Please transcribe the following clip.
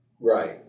Right